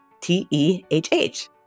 T-E-H-H